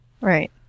Right